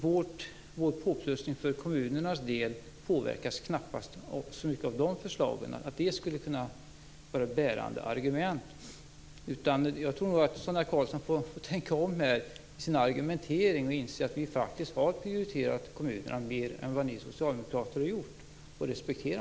Vår påplussning för kommunernas del påverkas knappast så mycket av de förslagen att det skulle kunna vara ett bärande argument. Jag tror nog att Sonia Karlsson får tänka om i sin argumentering och inse att vi faktiskt har prioriterat kommunerna mer än vad ni socialdemokrater har gjort. Det får ni respektera.